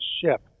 ship